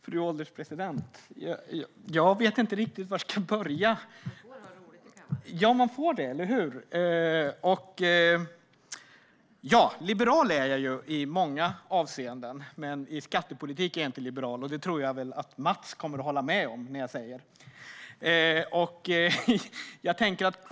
Fru ålderspresident! Jag vet inte riktigt var jag ska börja. Liberal är jag i många avseenden. Men i skattepolitiken är jag inte liberal. Det tror jag att Mats Persson kommer att hålla med om.